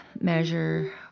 measure